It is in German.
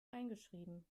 eingeschrieben